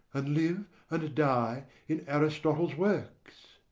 and live and die in aristotle's works.